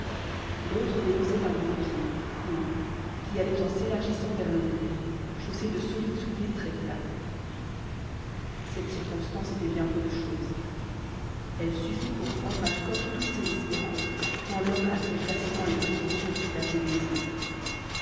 l'autre dénonçait un gros pied court qui allait en s'élargissant vers le bout chaussé de solides souliers très plats cette circonstance était bien peu de chose elle suffit pour rendre à lecoq toutes ses espérances tant l'homme accueille facilement les présomptions qui flattent ses désirs